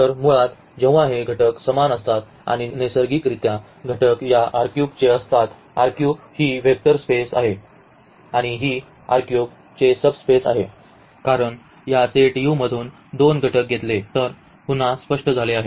तर मुळात जेव्हा हे घटक समान असतात आणि नैसर्गिकरित्या घटक या चे असतात ही वेक्टर स्पेस आहे आणि ही चे सबस्पेस आहे कारण या सेट U मधून दोन घटक घेतले तर पुन्हा स्पष्ट झाले आहे